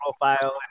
profile